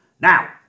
Now